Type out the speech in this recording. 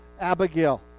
Abigail